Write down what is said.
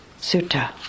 sutta